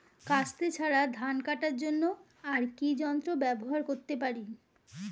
কাস্তে ছাড়া ধান কাটার জন্য আর কি যন্ত্র ব্যবহার করতে পারি?